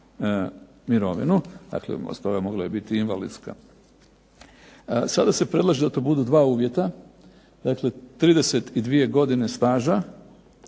mirovinu, dakle …/Ne razumije se./… mogla je biti invalidska. Sada se predlaže da to budu dva uvjeta, dakle 32. godine staža,